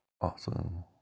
awesome